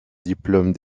diplôme